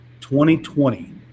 2020